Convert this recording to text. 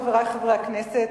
חברי חברי הכנסת,